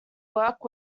work